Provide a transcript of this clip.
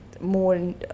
more